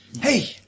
Hey